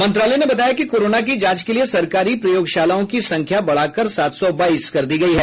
मंत्रालय ने बताया कि कोरोना की जांच के लिए सरकारी प्रयोगशालाओं की संख्या बढ़ाकर सात सौ बाईस कर दी गई है